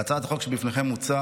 בהצעת החוק שבפניכם מוצע